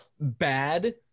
bad